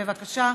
בבקשה.